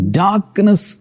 darkness